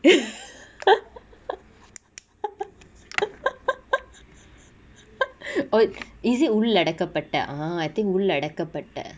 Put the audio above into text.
oh is it உள்ளடக்கப்பட்ட:ulladakapatta ah I think உள்ளடக்கப்பட்ட:ulladakapatta